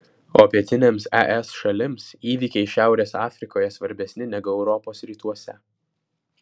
o pietinėms es šalims įvykiai šiaurės afrikoje svarbesni negu europos rytuose